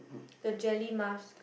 the jelly mask